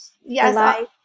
Yes